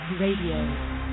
Radio